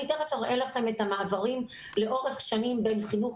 אני תכף אראה לכם את המעברים לאורך שנים בין חינוך